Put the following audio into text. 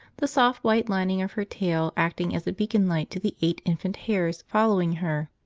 the soft white lining of her tail acting as a beacon-light to the eight infant hares following her,